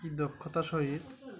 কি দক্ষতা সহিত